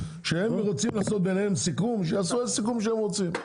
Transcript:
שהם רוצים לעשות ביניהם סיכום שיעשו איזה סיכום שהם רוצים.